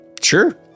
Sure